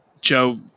Joe